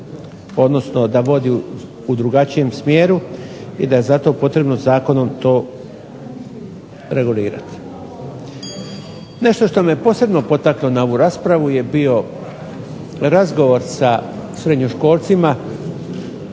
odnosno da vodi u drugačijem smjeru i da je zato potrebno zakonom to regulirati. Nešto što me posebno potaklo na ovu raspravu je bio razgovor sa srednjoškolcima